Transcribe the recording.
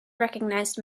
recognized